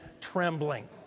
trembling